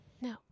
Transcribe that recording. No